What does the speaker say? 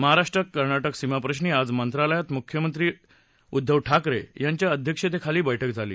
महाराष्ट्र कर्नाटक सीमाप्रशी आज मंत्रालयात मुख्यमंत्री ठाकरे यांच्या अध्यक्षतेखाली बैठक झाली